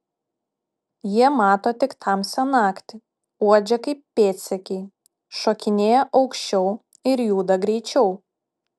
jie mato tik tamsią naktį uodžia kaip pėdsekiai šokinėja aukščiau ir juda greičiau